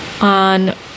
on